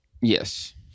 Yes